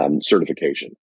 Certification